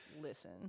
listen